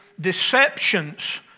deceptions